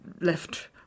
left